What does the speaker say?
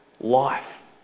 life